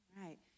right